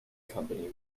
company